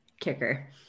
kicker